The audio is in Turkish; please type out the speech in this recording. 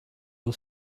yıl